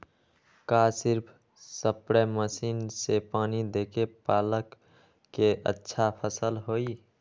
का सिर्फ spray machine से पानी देके पालक के अच्छा फसल होई?